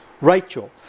Rachel